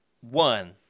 One